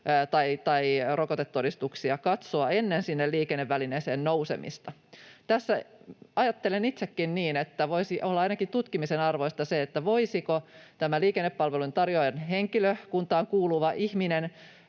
tai rokotetodistuksia katsoa ennen sinne liikennevälineeseen nousemista. Tässä ajattelen itsekin niin, että voisi olla ainakin tutkimisen arvoista se, voisiko liikennepalvelujen tarjoajan henkilökuntaan kuuluva ihminen